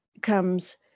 comes